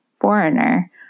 foreigner